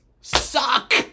suck